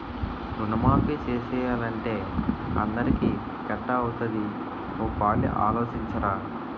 రుణమాఫీ సేసియ్యాలంటే అందరికీ ఎట్టా అవుతాది ఓ పాలి ఆలోసించరా